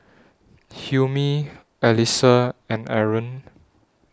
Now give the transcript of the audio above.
Hilmi Alyssa and Aaron